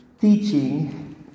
teaching